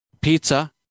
pizza